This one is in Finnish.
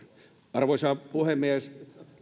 arvoisa puhemies